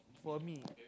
for me